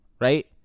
right